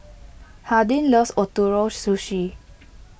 Hardin loves Ootoro Sushi